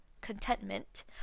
contentment